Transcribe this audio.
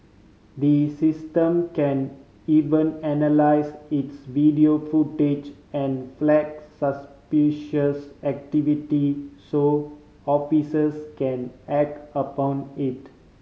the system can even analyse its video footage and flag suspicious activity so officers can act upon it